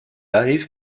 arrive